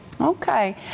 okay